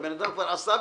הבן אדם כבר עשה ביטוח,